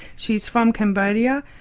she's from cambodia.